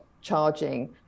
charging